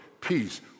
peace